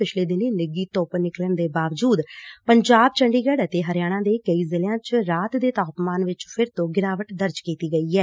ਪਿਛਲੇ ਦਿਨੀਂ ਨਿੱਘੀ ਧੱਪ ਨਿਕਲਣ ਦੇ ਬਾਵਜੁਦ ਪੰਜਾਬ ਚੰਡੀਗੜ ਅਤੇ ਹਰਿਆਣਾ ਦੇ ਕਈ ਜ਼ਿਲਿਆਂ ਚ ਰਾਤ ਦੇ ਤਾਪਮਾਨ ਚ ਫਿਰ ਤੋ ਗਿਰਾਵਟ ਦਰਜ ਕੀਤੀ ਗਈ ਐ